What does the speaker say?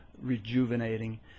rejuvenating